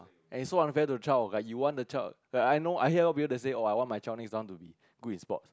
and it's so unfair to the child like you want the child like I know I hear a lot of people that say oh I want my child to be good in sports